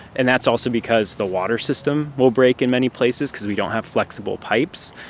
and that's also because the water system will break in many places because we don't have flexible pipes.